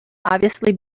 obviously